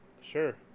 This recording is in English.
sure